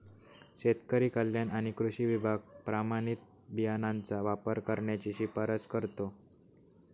शेतकरी कल्याण आणि कृषी विभाग प्रमाणित बियाणांचा वापर करण्याची शिफारस करतो